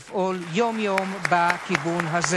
לפעול יום-יום בכיוון הזה.